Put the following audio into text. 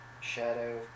Shadow